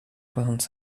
soixante